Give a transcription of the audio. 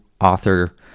author